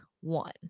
one